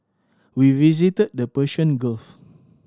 we visited the Persian Gulf